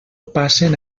passen